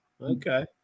Okay